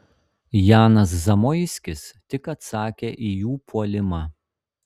janas zamoiskis tik atsakė į jų puolimą